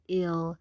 ill